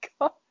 god